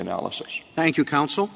analysis thank you counsel